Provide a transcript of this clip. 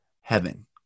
heaven